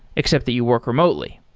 except that you work remotely.